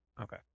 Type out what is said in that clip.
Okay